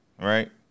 right